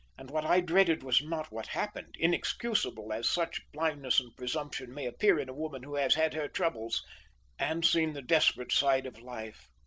and what i dreaded was not what happened, inexcusable as such blindness and presumption may appear in a woman who has had her troubles and seen the desperate side of life.